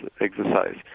exercise